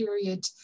period